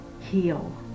heal